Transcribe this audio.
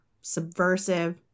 subversive